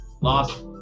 lost